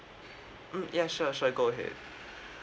mm ya sure sure go ahead